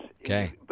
Okay